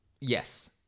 Yes